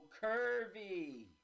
Curvy